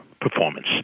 performance